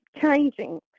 changing